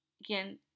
again